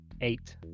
Eight